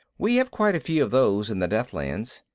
we have quite a few of those in the deathlands.